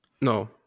No